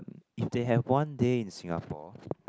if they have one day in Singapore